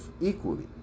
equally